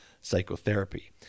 psychotherapy